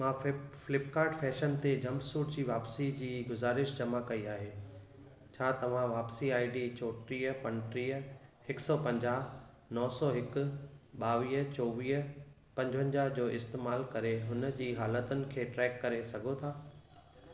मां फिप Flipkart fashion ते जंपसूट जी वापसी जी गुज़ारिश जमा कई आहे छा तव्हां वापसी आई डी चोटीह पंटीह हिकु सौ पंजाह नौ सौ हिकु ॿावीह चोवीह पंजवंजाह जो इस्तेमालु करे हुन जी हालतुनि खे ट्रैक करे सघो था